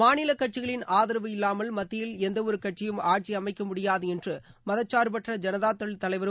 மாநில கட்சிகளின் ஆதரவு இல்லாமல் மத்தியில் எந்தவொரு கட்சியும் ஆட்சி அமைக்க முடியாது என்று மதச்சார்பற்ற ஜனதா தள் தலைவரும்